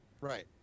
right